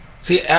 see